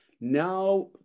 Now